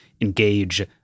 engage